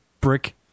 brick